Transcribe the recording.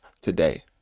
today